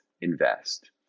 invest